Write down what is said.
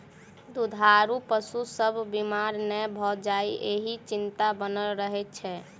दूधारू पशु सभ बीमार नै भ जाय, ईहो चिंता बनल रहैत छै